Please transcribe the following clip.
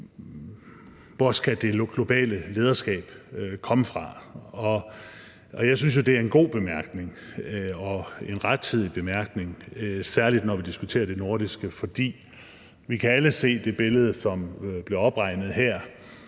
Hvor skal det globale lederskab komme fra? Jeg synes jo, det er et godt spørgsmål og et rettidigt spørgsmål, særlig når vi diskuterer de nordiske, for vi kan alle se det billede, som blevet opridset her: